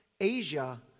Asia